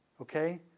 Okay